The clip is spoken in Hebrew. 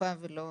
מרפה ולא